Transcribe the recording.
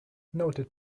noted